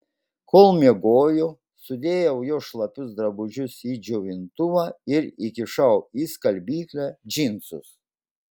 kol miegojo sudėjau jos šlapius drabužius į džiovintuvą ir įkišau į skalbyklę džinsus